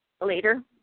later